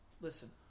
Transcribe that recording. Listen